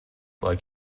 like